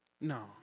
No